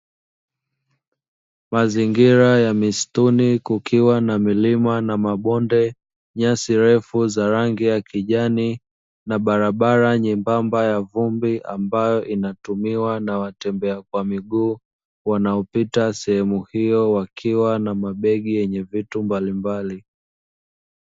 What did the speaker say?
Mazingira ya msituni kukiwa na milima na mabonde, nyasi refu za rangi ya kijani, na barabara nyembamba ya vumbi; ambayo inatumiwa na watembea kwa miguu wanaopita sehemu hiyo wakiwa na mabegi yenye vitu mbalimbali.